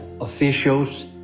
officials